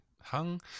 hung